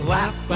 Laugh